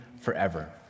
forever